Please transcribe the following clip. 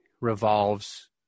revolves